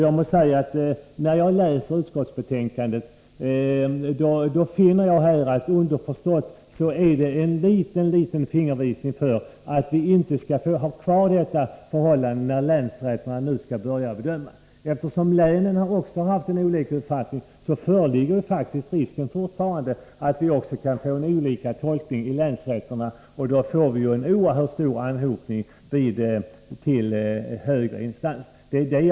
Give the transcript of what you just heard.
Jag måste säga att när jag läser utskottsbetänkandet finner jag att det underförstått finns en liten, liten fingervisning om att vi inte bör ha kvar detta förhållande när länsrätterna nu skall börja göra sin bedömning. Eftersom också länen har haft olika uppfattningar föreligger det faktiskt fortfarande risk för att vi skall få olika tolkningar i länsrätterna, och då blir det en mängd överklaganden och därmed en oerhörd anhopning av ärenden i högre instanser.